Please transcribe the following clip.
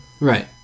Right